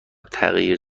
تغییر